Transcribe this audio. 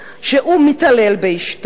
שהוא מתעלל באשתו,